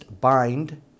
BIND